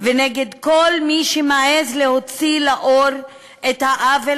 ונגד כל מי שמעז להוציא לאור את העוול